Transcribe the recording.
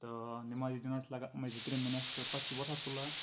تہٕ نٮ۪مازِ جِنازہ چھِ لَگان أمَے زٕ ترٛےٚ مِنَٹ تہٕ پَتہٕ چھِ وۄتھان تُلان